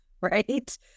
right